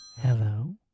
Hello